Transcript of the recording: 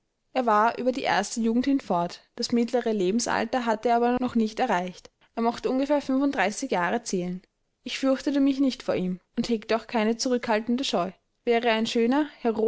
er war über die erste jugend hinfort das mittlere lebensalter hatte er aber noch nicht erreicht er mochte ungefähr fünfunddreißig jahre zählen ich fürchtete mich nicht vor ihm und hegte auch keine zurückhaltende scheu wäre er ein schöner